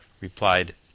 replied